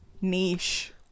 niche